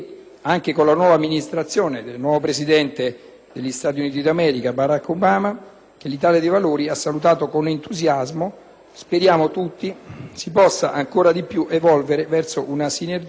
Speriamo tutti che si possa ancora di più evolvere verso una sinergia di intenti sempre più intensa.